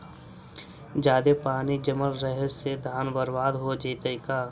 जादे पानी जमल रहे से धान बर्बाद हो जितै का?